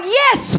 yes